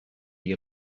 you